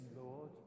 Lord